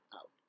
out